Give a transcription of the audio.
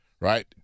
right